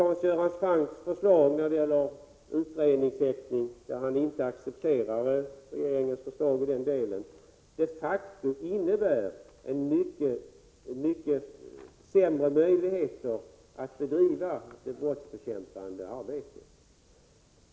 Hans Göran Francks reservation om utredningshäktning, i vilken han inte accepterar regeringens förslag, innebär de facto mycket sämre möjligheter att bedriva brottsbekämpande arbete.